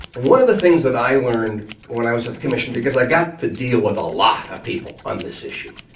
and one of the things that i learned when i was at the commission because i got to deal with a lot of people on this issue,